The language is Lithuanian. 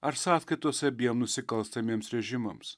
ar sąskaitos abiem nusikalstamiems režimams